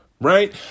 Right